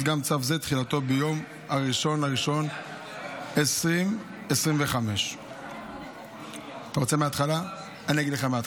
צו זה, תחילתו ביום 1 בינואר 2025. אני לא מבין.